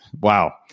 wow